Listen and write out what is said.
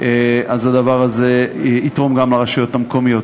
הדבר הזה יתרום גם לרשויות המקומיות.